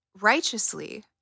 righteously